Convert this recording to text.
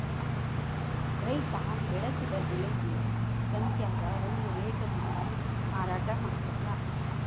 ರೈತಾ ಬೆಳಸಿದ ಬೆಳಿಗೆ ಸಂತ್ಯಾಗ ಒಂದ ರೇಟ ಮಾಡಿ ಮಾರಾಟಾ ಮಡ್ತಾರ